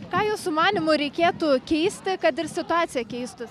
ką jūsų manymu reikėtų keisti kad ir situacija keistųsi